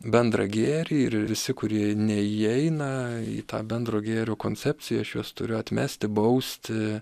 bendrą gėrį ir visi kurie neįeina į tą bendro gėrio koncepciją aš juos turiu atmesti bausti